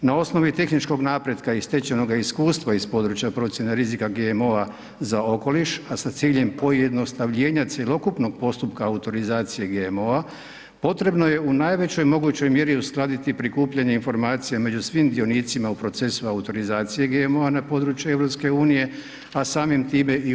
Na osnovi tehničkog napretka i stečenoga iskustva iz područja procjene rizika GMO-a za okoliš, a sa ciljem pojednostavljena cjelokupnog postupka autorizacije GMO-a potrebno je u najvećoj mogućoj mjeri uskladiti prikupljanje informacija među svim dionicima u procesima autorizacije GMO-a na području EU, a samim time i u RH.